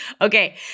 Okay